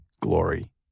glory